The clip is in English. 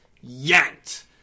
yanked